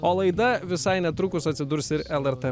o laida visai netrukus atsidurs ir lrt